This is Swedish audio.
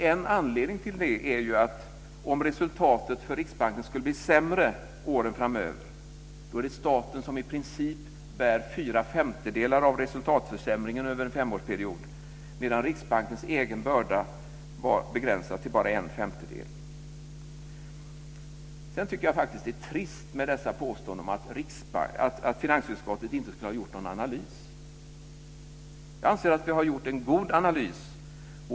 En anledning till det är att om resultatet för Riksbanken skulle bli sämre åren framöver är det staten som i princip bär fyra femtedelar av resultatförsämringen över en femårsperiod, medan Riksbankens egen börda är begränsad till bara en femtedel. Sedan tycker jag faktiskt att det är trist med påståenden om att finansutskottet inte skulle ha gjort någon analys. Jag anser att vi har gjort en god analys.